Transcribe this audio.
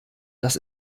das